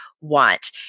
want